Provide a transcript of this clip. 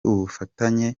ubufatanye